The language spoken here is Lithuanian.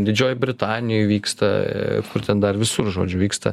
didžiojoj britanijoj vyksta kur ten dar visur žodžiu vyksta